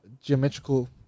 geometrical